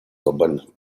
глобальной